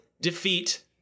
defeat